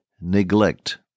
neglect